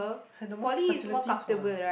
had the most facilities [what]